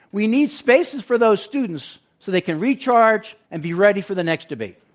we need spaces for those students so they can recharge and be ready for the next debate.